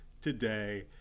today